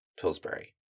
Pillsbury